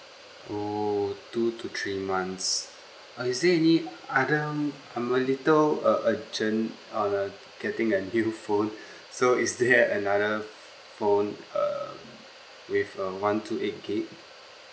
oh two to three months uh is there any other um I'm in a little err urgent err getting a new phone so is there another phone err with uh one two eight gig